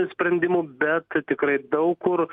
sprendimų bet tikrai daug kur